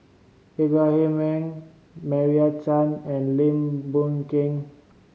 Ibrahim Awang Meira Chand and Lim Boon Keng